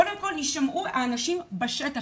קודם כל יישמעו האנשים בשטח,